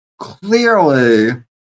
clearly